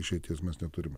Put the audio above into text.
išeities mes neturime